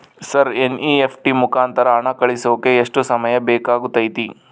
Sir NEFT ಮುಖಾಂತರ ಹಣ ಕಳಿಸೋಕೆ ಎಷ್ಟು ಸಮಯ ಬೇಕಾಗುತೈತಿ?